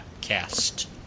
cast